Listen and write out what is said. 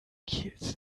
kiels